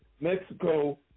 Mexico